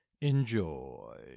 Enjoy